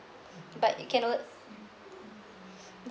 but it cannot